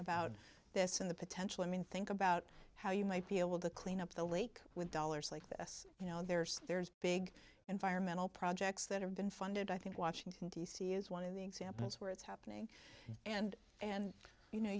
about this and the potential i mean think about how you might be able to clean up the lake with dollars like this you know there's there's big environmental projects that have been funded i think washington d c is one of the examples where it's happening and and you know